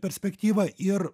perspektyvą ir